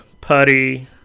Putty